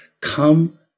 Come